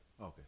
Okay